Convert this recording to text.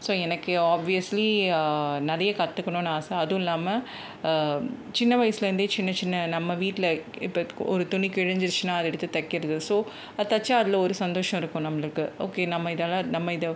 so எனக்கு obviously நிறையா கற்றுக்குணுன்னு ஆசை அதுவும் இல்லாமல் சின்ன வயசுலேருந்தே சின்ன சின்ன நம்ம வீட்டில் இப்போ ஒரு துணி கிழிஞ்சிருச்சின்னா அது எடுத்து தைக்கிறது ஸோ அதை தைச்சா அதில் ஒரு சந்தோஷம் இருக்கும் நம்ளுக்கு ஓகே நம்ம இதெல்லாம் நம்ம இதை